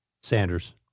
Sanders